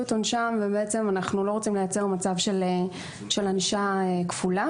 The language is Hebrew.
את עונשם ואנחנו לא רוצים לייצר מצב של ענישה כפולה.